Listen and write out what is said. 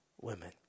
women